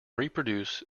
reproduce